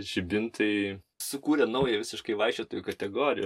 žibintai sukūrė naują visiškai vaikščiotojų kategoriją